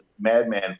madman